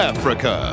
Africa